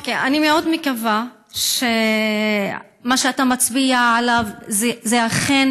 אני מאוד מקווה שמה שאתה מצביע עליו אכן